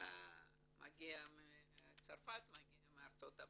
מגיע מצרפת, מארצות הברית,